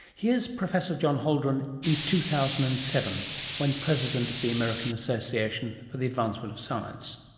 here's professor john holdren in two thousand and seven when president of the american association for the advancement of science.